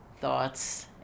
thoughts